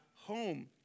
home